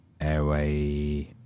airway